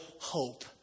hope